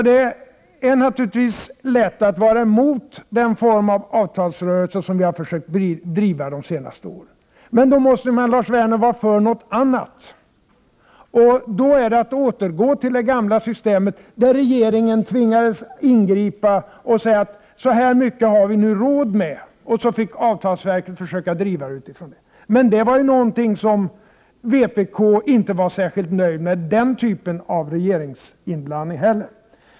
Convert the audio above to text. Det är naturligtvis lätt att vara emot den form av avtalsrörelse som vi har försökt driva under de senaste åren. Då måste man, Lars Werner, vara för någonting annat. Alternativet är att återgå till det gamla systemet, där regeringen tvingades ingripa och säga att nu har vi råd med så här mycket, och så fick avtalsverket försöka driva förhandlingarna utifrån det. Vpk var emellertid inte särskilt nöjt med den typen av regeringsinblandning heller.